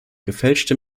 gefälschte